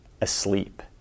asleep